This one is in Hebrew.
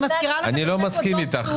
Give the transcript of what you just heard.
אני לא מסכים אתך.